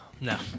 No